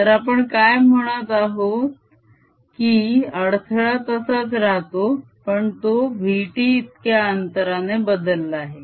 तर आपण काय म्हणत आहे की अडथळा तसाच राहतो पण तो vt इतक्या अंतराने बदलला आहे